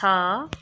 छ